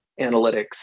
analytics